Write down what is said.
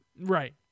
Right